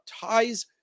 ties